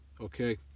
okay